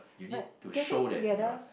but getting together